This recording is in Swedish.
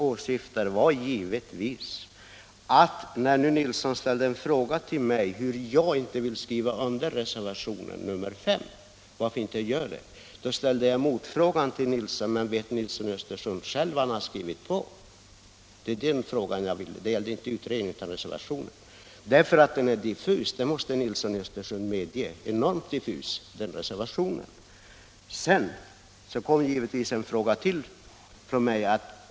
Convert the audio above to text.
När nu herr Nilsson frågade mig varför jag inte ville skriva på reservationen ställde jag motfrågan i mitt föregående inlägg om herr Nilsson själv vet vad han skrivit på, ty herr Nilsson måste medge att reservationen är enormt diffus. Sedan hade jag en annan fråga.